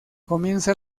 comienza